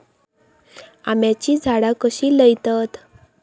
आम्याची झाडा कशी लयतत?